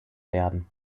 werden